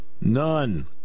None